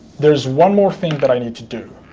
there is one more thing that i need to do.